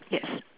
yes